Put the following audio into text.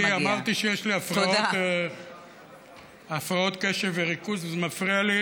אני אמרתי שיש לי הפרעות קשב וריכוז וזה מפריע לי.